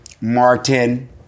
Martin